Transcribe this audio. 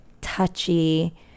touchy